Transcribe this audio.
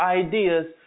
ideas